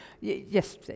Yes